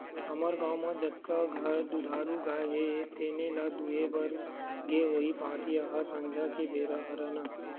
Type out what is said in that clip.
हमर गाँव म जतका घर दुधारू गाय हे तेने ल दुहे बर गे होही पहाटिया ह संझा के बेरा हरय ना